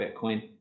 Bitcoin